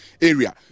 area